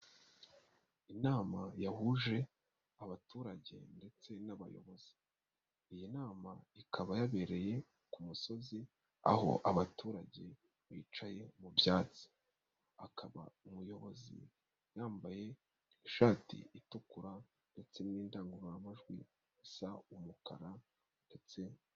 Inama yahuje abaturage ndetse n'abayobozi. Iyi nama ikaba yabereye ku musozi, aho abaturage bicaye mu byatsi. Akaba umuyobozi yambaye ishati itukura ndetse n'indangururamajwi isa umukara ndetse.